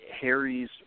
Harry's